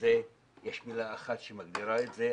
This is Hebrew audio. ולזה יש מילה אחת שמגדירה את זה,